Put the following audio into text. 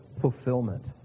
fulfillment